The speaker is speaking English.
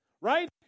right